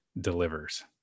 delivers